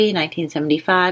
1975